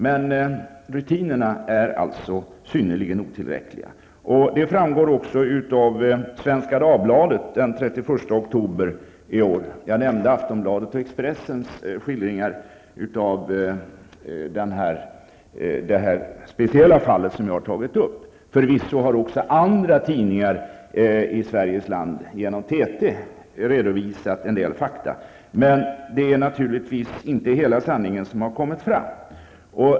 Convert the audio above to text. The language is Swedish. Men då är rutinerna synnerligen otillräckliga! Det framgår också av Svenska Dagbladet den 31 oktober i år. Jag nämnde tidigare Aftonbladets och Expressens skildringar av det speciella fall som jag har tagit upp. Förvisso har även andra tidningar i Sveriges land genom TT redovisat en del fakta. Men det är naturligtvis inte hela sanningen som har kommit fram.